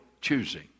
choosing